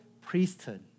priesthood